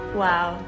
wow